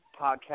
podcast